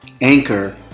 Anchor